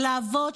של האבות,